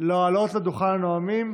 לעלות לדוכן הנואמים